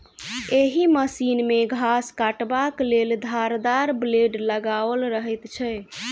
एहि मशीन मे घास काटबाक लेल धारदार ब्लेड लगाओल रहैत छै